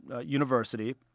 university